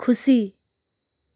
खुसी